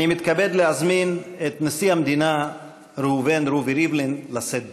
אני מתכבד להזמין את נשיא המדינה ראובן רובי ריבלין לשאת דברים.